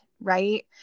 Right